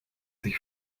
sich